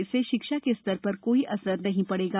इससे शिक्षा के स्तर पर कोई असर नहीं पड़ेगा